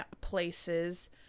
places